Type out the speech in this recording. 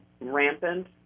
rampant